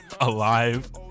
alive